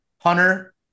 Hunter